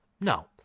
No